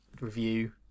review